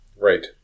Right